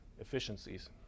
efficiencies